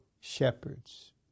shepherds